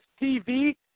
TV